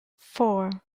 four